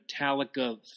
Metallica